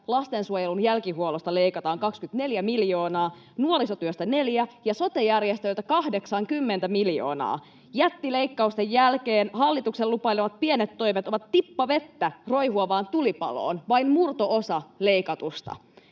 lastensuojelun jälkihuollosta leikataan 24 miljoonaa, nuorisotyöstä neljä ja sote-järjestöiltä 80 miljoonaa. Jättileikkausten jälkeen hallituksen lupailemat pienet toimet ovat tippa vettä roihuavaan tulipaloon, vain murto-osa leikatusta.